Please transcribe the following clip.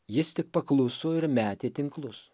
jis tik pakluso ir metė tinklus